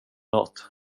nåt